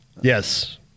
Yes